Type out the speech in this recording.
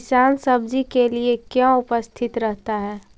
किसान सब्जी के लिए क्यों उपस्थित रहता है?